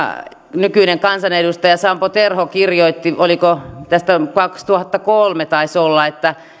nykyinen kansanedustaja sampo terho kirjoitti oliko kaksituhattakolme taisi olla että